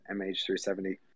MH370